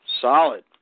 Solid